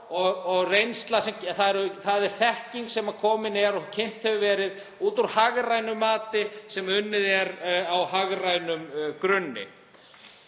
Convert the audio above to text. það er þekking sem komin er og kynnt hefur verið út úr hagrænu mati sem unnið er á hagrænum grunni.